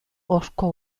horko